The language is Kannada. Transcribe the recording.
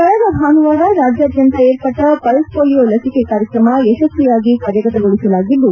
ಕಳೆದ ಭಾನುವಾರ ರಾಜ್ಯಾದ್ಯಂತ ಏರ್ಪಟ್ಟ ಪಲ್ಸ್ ಪೊಲೀಯೋ ಲಸಿಕೆ ಕಾರ್ಯಕ್ರಮ ಯಶಸ್ವಿಯಾಗಿ ಕಾರ್ಯಗತಗೊಳಿಸಲಾಗಿದ್ದು